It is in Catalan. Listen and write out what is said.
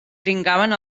dringaven